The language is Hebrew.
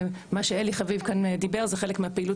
מה שאלי חביב כאן דיבר זה חלק מהפעילות